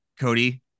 Cody